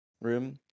room